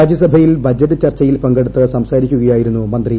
രാജ്യസഭയിൽ ബജറ്റ് ചർച്ചയിൽ പങ്കെടുത്ത് സംസാരിക്കുകയായിരുന്നു മന്ത്രി